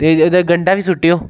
ते ओह्दे च गंढा बी सुट्टेओ